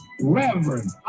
reverend